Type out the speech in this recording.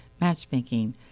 matchmaking